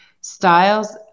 styles